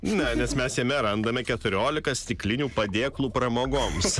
na nes mes jame randame keturiolika stiklinių padėklų pramogoms